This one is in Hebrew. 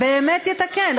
באמת יתקן,